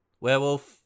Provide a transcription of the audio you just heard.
werewolf